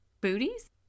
Booties